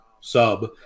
Sub